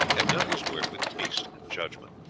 had done his work with taste and judgment,